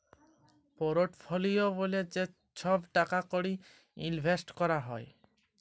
portfolio ব্যলে যে ছহব টাকা কড়ি ইলভেসট ক্যরা হ্যয়